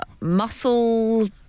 Muscle